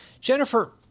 Jennifer